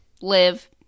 live